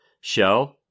show